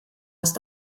ist